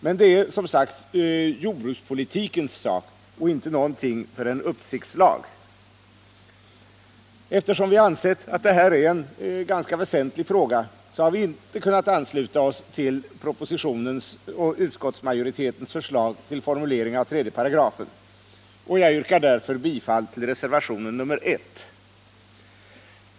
Men det är jordbrukspolitikens sak och inte någonting för en uppsiktslag. Eftersom vi ansett att det här är en ganska väsentlig fråga har vi inte kunnat ansluta oss till propositionens och utskottsmajoritetens förslag till formulering av 3 §. Jag yrkar därför bifall till' reservationen 1.